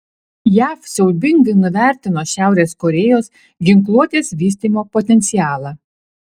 jav siaubingai nuvertino šiaurės korėjos ginkluotės vystymo potencialą